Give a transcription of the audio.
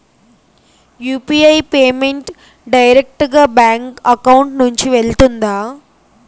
UPI payment direct గా bank account నుంచి వెళ్తుందా?